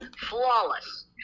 Flawless